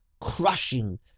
crushing